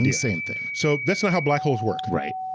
and same thing. so, that's not how black holes work. right.